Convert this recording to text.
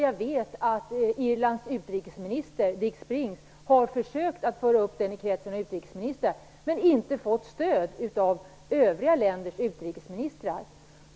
Jag vet att Irlands utrikesminister Dick Spring har försökt föra upp frågan i kretsen av utrikesministrar men inte fått stöd av övriga länders utrikesministrar.